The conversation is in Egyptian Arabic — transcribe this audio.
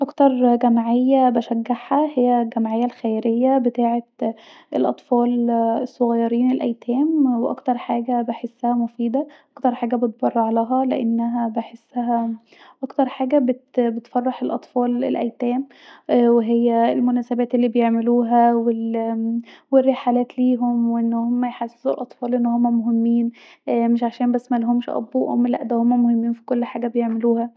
اكتر جميعه بشجعها هي الجمعيه الخيريه بتاعه الأطفال الصغيرين الايتام واكتر حاجه بحسها مفيدة واكتر حاجه بتبرعلها لاني بحسها اكتر حاجه بتفرح الاطفال الايتام وهي المناسبات الي بيعملوها واا والرحلات ليهم وان هما يحسسوا الاطفال أن هنا مهمين مش عشان بس مالهمش اب وام لا هما مهمين في كل حاجه بيعملوها